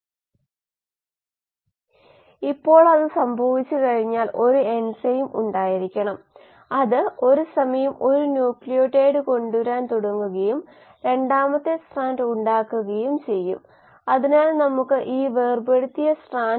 സമവാക്യങ്ങളുടെ എണ്ണം മെറ്റബോളിറ്റുകളുടെ എണ്ണത്തിന് തുല്യമായിരിക്കും നമ്മൾ കണ്ടതുപോലെ അത് ഇവിടെയുള്ള വരികളുടെ എണ്ണത്തിന് തുല്യമായിരിക്കും ഇവിടെ നമുക്ക് 1 2 3 4 5 6 ഉണ്ട് കൂടാതെ നമ്മൾക്ക് 6 മെറ്റബോളിറ്റുകളുണ്ടായിരുന്നു എസ് നോട്ട് SABCD അതിനാൽ 6 ഇത് വരികളുടെ എണ്ണത്തിന് തുല്യമാണ്